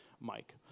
Mike